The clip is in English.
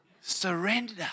Surrender